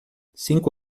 cinco